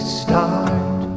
start